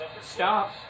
Stop